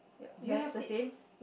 ya do you have the same